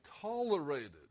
tolerated